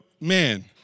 man